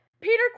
peter